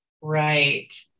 Right